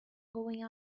going